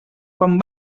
quan